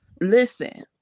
listen